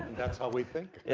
that's how we think?